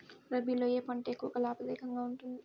రబీలో ఏ పంట ఎక్కువ లాభదాయకంగా ఉంటుంది?